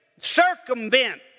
circumvent